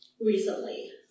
recently